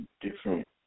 different